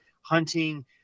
hunting